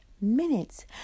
minutes